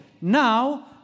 Now